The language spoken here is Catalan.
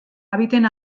habiten